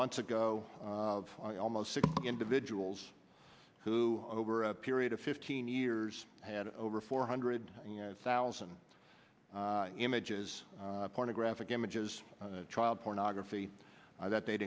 months ago of almost six individuals who over a period of fifteen years had over four hundred thousand images pornographic images child pornography that they'd